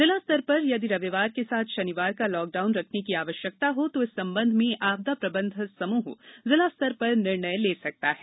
जिला स्तर पर यदि रविवार के साथ शनिवार का लॉकडाउन रखने की आवश्यकता हो तो इस संबंध में आपदा प्रबंधन समृह जिला स्तर पर निर्णय ले सकता है